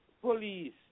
police